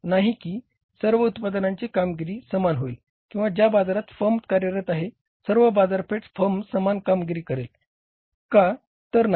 असे आढळणार नाही की सर्व उत्पादनांची कामगिरी समान होईल किंवा ज्या बाजारात फर्म कार्यरत आहे सर्व बाजारपेठ फर्म समान कामगिरी करेल का तर नाही